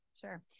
sure